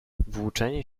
włóczenie